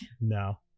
no